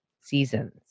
seasons